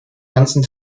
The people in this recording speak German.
ganzen